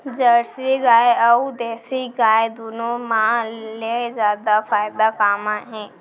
Jersey गाय अऊ देसी गाय दूनो मा ले जादा फायदा का मा हे?